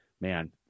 Man